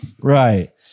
Right